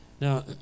Now